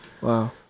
wow